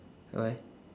why